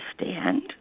understand